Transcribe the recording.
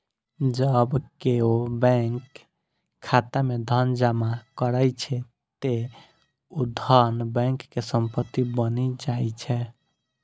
जब केओ बैंक खाता मे धन जमा करै छै, ते ऊ धन बैंक के संपत्ति बनि जाइ छै